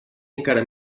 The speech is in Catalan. encara